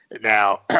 Now